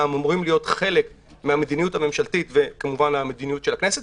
אלא הן אמורות להיות חלק מהמדיניות הממשלתית וכמובן המדיניות של הכנסת,